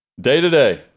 Day-to-day